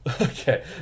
Okay